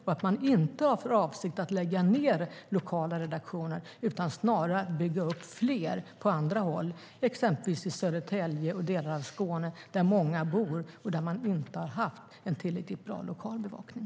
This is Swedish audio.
Man har inte för avsikt att lägga ned lokala redaktioner, utan man vill snarare bygga upp fler på andra håll - exempelvis i Södertälje och i delar av Skåne där många bor och där man inte har haft en tillräckligt bra lokal bevakning.